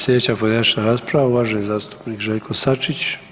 Sljedeća pojedinačna rasprava uvaženi zastupnik Željko Sačić.